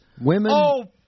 Women